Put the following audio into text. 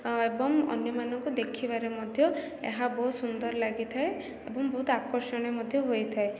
ଏବଂ ଅନ୍ୟମାନଙ୍କୁ ଦେଖିବାରେ ମଧ୍ୟ ଏହା ବହୁତ ସୁନ୍ଦର ଲାଗିଥାଏ ଏବଂ ବହୁତ ଆକର୍ଷଣୀୟ ମଧ୍ୟ ହୋଇଥାଏ